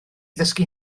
ddysgu